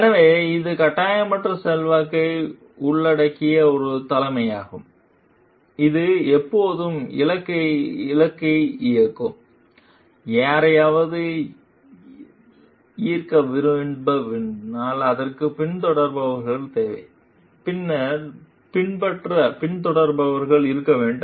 எனவே இது கட்டாயமற்ற செல்வாக்கை உள்ளடக்கிய ஒரு தலைமையாகும் இது எப்போதும் இலக்கை இயக்கும் யாராவது ஈயத்தை விரும்ப வேண்டுமானால் அதற்கு பின்தொடர்பவர்கள் தேவை பின்னர் பின்பற்ற பின்தொடர்பவர்கள் இருக்க வேண்டும்